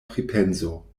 pripenso